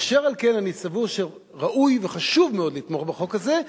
אשר על כן אני סבור שראוי וחשוב מאוד לתמוך בחוק הזה,